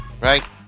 Right